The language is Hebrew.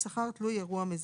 כללי נסיעות"